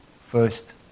first